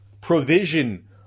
provision